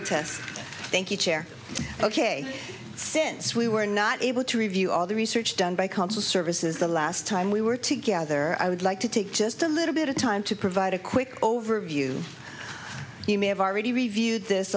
chair ok since we were not able to review all the research done by counsel services the last time we were together i would like to take just a little bit of time to provide a quick overview you may have already reviewed this